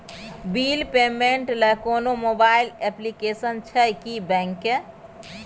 Bill payment ल कोनो mobile application छै की बैंक के?